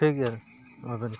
ᱴᱷᱤᱠ ᱜᱮᱭᱟ